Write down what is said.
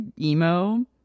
emo